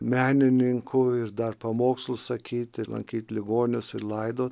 menininku ir dar pamokslus sakyti lankyt ligonius ir laidot